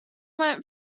went